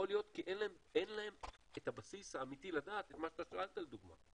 יכול להיות כי אין להם את הבסיס האמיתי לדעת את מה שאתה שאלת לדוגמה.